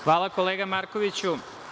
Hvala, kolega Markoviću.